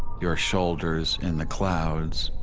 your shoulders in the clouds,